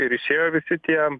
ir išėjo visi tie